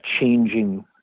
changing